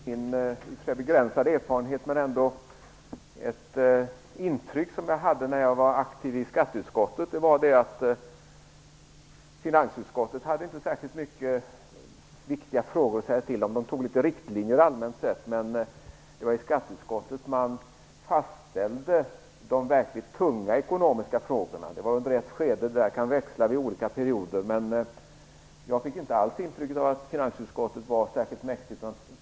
Herr talman! Jag har i och för sig en begränsad erfarenhet, men det intryck som jag fick när jag var aktiv i skatteuskottet var att finansutskottet inte hade särskilt mycket att säga till om i viktiga frågor. Det föreslog en del allmänna riktlinjer, men det var i skatteutskottet som de verkligt tunga ekonomiska frågorna behandlades. Detta kan växla mellan olika perioder, men jag fick inte alls intryck av att finansutskottet var särskilt mäktigt.